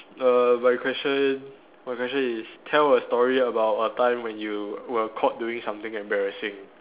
err my question my question is tell a story about a time when you were caught doing something embarrassing